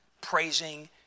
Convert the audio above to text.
praising